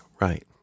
Right